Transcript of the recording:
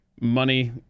money